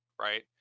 right